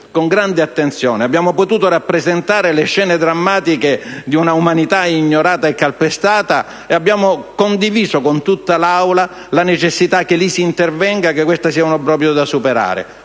con grande attenzione. Abbiamo potuto rappresentare le scene drammatiche di una umanità ignorata e calpestata e abbiamo condiviso con tutta l'Assemblea la necessità che si intervenga, che questo sia un obbrobrio da superare.